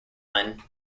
lynn